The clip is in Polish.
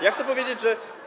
Ja chcę powiedzieć, że.